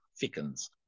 thickens